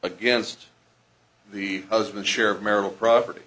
against the husband share of marital property